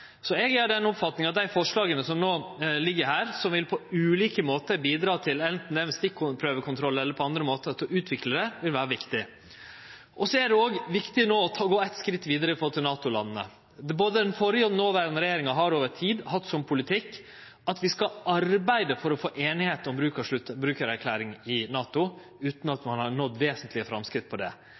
Så eg er av den oppfatninga at dei forslaga som no ligg her, som på ulike måtar vil bidra til å utvikle det – anten det er ved stikkprøvekontroll eller på andre måtar – vil vere viktige. Det er òg viktig no å gå eit steg vidare overfor NATO-landa. Både den førre og den noverande regjeringa har over tid hatt som politikk at vi skal arbeide for å få einigheit om bruk av sluttbrukarerklæring i NATO, utan at ein har nådd vesentlege framsteg i det.